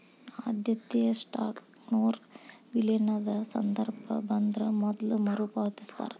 ಆದ್ಯತೆಯ ಸ್ಟಾಕ್ನೊರ ವಿಲೇನದ ಸಂದರ್ಭ ಬಂದ್ರ ಮೊದ್ಲ ಮರುಪಾವತಿಸ್ತಾರ